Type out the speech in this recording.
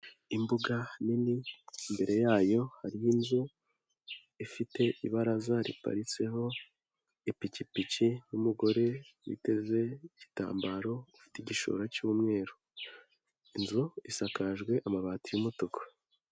Imbuga nini, imbere yayo hariho inzu, ifite ibaraza riparitseho ipikipiki n'umugore witeze igitambaro, ufite igishora cy'umweru, inzu isakajwe amabati y'umutuku.